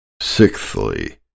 Sixthly